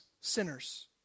sinners